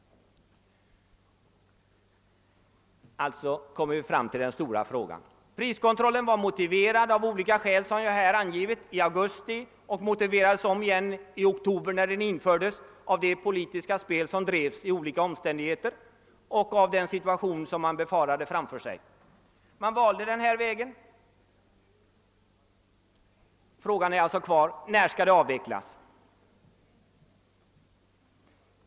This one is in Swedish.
Alltså kommer vi fram till den stora frågan. Priskontrollen var som jag här angivit motiverad i augusti och motiverades om igen i oktober av det politiska spel som bedrevs och av den situation som man befarade att man hade framför sig. Man valde den vägen med prisstopp, men frågan är nu: När skall det avvecklas?